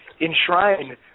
enshrine